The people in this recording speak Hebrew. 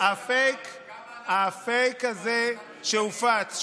והפייק הזה שהופץ,